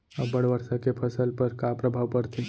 अब्बड़ वर्षा के फसल पर का प्रभाव परथे?